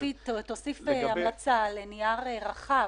תוסיף המלצה לנייר רחב,